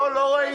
לא, לא ראית.